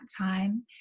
time